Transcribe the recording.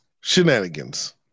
shenanigans